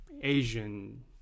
Asian